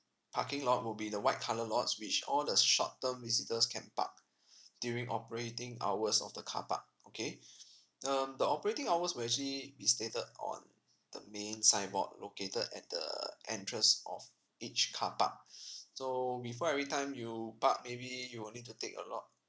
parking lot will be the white colour lots which all the short term visitors can park during operating hours of the car park okay um the operating hours will actually be stated on the main signboard located at the entrance of each car park so before every time you park maybe you will need to take a lot